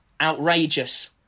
outrageous